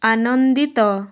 ଆନନ୍ଦିତ